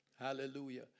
Hallelujah